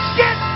get